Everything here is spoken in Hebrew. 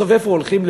בסוף לאיפה הולכים?